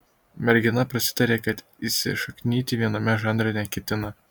mergina prasitarė kad įsišaknyti viename žanre neketina